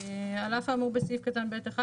"על אף האמור בסעיף קטן (ב)(1),